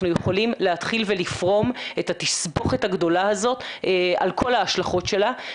יכולים להתחיל ולפרום את התסבוכת הגדולה הזאת על כל ההשלכות שלה,